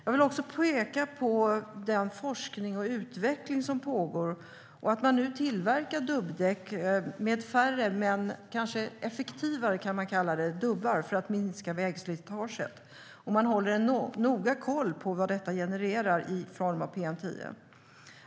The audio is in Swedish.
Jag vill också peka på den forskning och utveckling som pågår och att man nu tillverkar dubbdäck med färre men kanske effektivare - kan man kalla det - dubbar, för att minska vägslitaget. Man håller också noga koll på vad detta genererar i form av PM10.